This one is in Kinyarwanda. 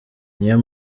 niyo